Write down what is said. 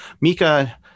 mika